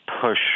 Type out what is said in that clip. push